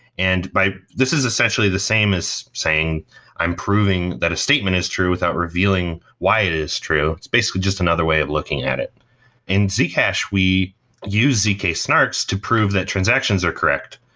and this is essentially the same as saying i'm proving that a statement is true without revealing why it is true. it's basically just another way of looking at it in zcash, we use zk-snarks to prove that transactions are correct.